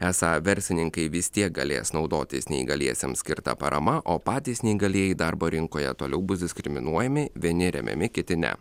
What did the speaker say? esą verslininkai vis tiek galės naudotis neįgaliesiems skirta parama o patys neįgalieji darbo rinkoje toliau bus diskriminuojami vieni remiami kiti ne